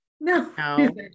No